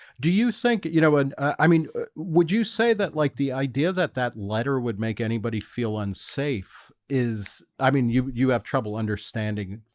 do you think you know, and i mean would you say that like the idea that that letter would make anybody feel unsafe? is i mean you you have trouble understanding?